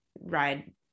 ride